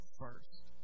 first